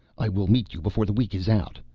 i will meet you before the week is out.